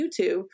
YouTube